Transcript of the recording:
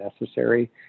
necessary